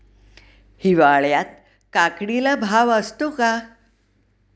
हिवाळ्यात काकडीला भाव असतो का?